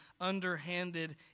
underhanded